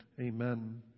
Amen